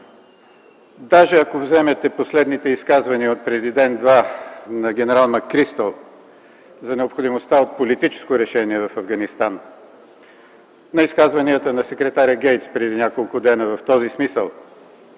Даже ако вземете последните изказвания отпреди ден-два на ген. Макристъл за необходимостта от политическо решение в Афганистан, на изказванията на секретаря Гейтс преди няколко дена в този смисъл,